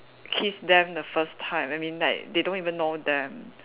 kiss them the first time I mean like they don't even know them